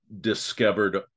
discovered